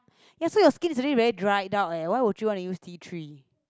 so your skin is already very dried out eh why would you want to use tea tree